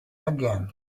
again